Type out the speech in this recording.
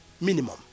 Minimum